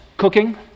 cooking